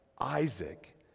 Isaac